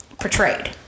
portrayed